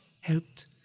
helped